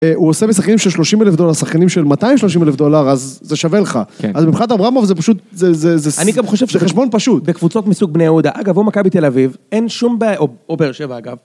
הוא עושה משחקנים של שלושים אלף דולר, שחקנים של מאתיים שלושים אלף דולר, אז זה שווה לך. כן. אז במיוחד אברמוב זה פשוט, זה.. אני גם חושב. זה חשבון פשוט. בקבוצות מסוג בני יהודה, אגב, או מכבי תל אביב, אין שום בעיה, או באר שבע אגב.